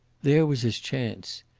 there was his chance.